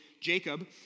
Jacob